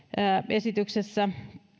esityksessä